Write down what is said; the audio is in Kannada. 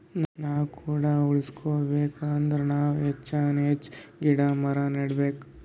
ನಾವ್ ಕಾಡ್ ಉಳ್ಸ್ಕೊಬೇಕ್ ಅಂದ್ರ ನಾವ್ ಹೆಚ್ಚಾನ್ ಹೆಚ್ಚ್ ಗಿಡ ಮರ ನೆಡಬೇಕ್